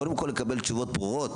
קודם כול לקבל תשובות ברורות.